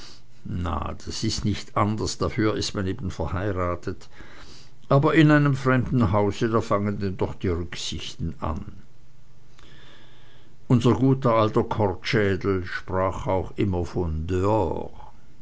na das is nicht anders dafür is man eben verheiratet aber in einem fremden hause da fangen denn doch die rücksichten an unser guter alter kortschädel sprach auch immer von dehors